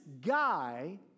guy